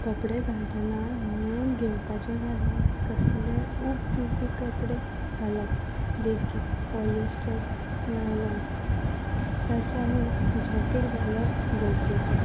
कपडे घालतना नोंद घेवपाचें जाल्यार कसलेय उब दिवपी कपडे घालप देखीक पॉलीस्टर नायलॉन ताच्या वयर जॅकेट घालप गरजेचें